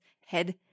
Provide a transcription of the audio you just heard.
head